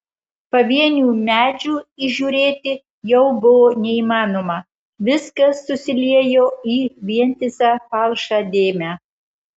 pavienių medžių įžiūrėti jau buvo neįmanoma viskas susiliejo į vientisą palšą dėmę